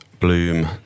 bloom